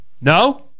No